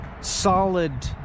solid